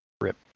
Rip